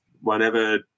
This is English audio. whenever